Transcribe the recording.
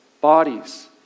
bodies